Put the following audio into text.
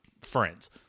friends